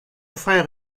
frère